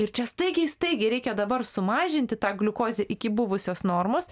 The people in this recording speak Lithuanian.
ir čia staigiai staigiai reikia dabar sumažinti tą gliukozę iki buvusios normos